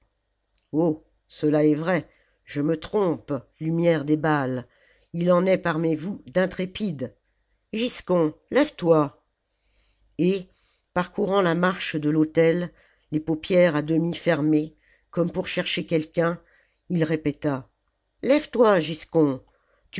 oh cela est vrai je me trompe lumières des baals il en est parmi vous d'intrépides giscon lève-toi et parcourant la marche de l'autel les paupières à demi fermées comme pour chercher quelqu'un il répéta lève-toi giscon